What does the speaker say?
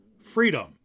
Freedom